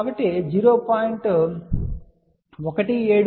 కాబట్టి 0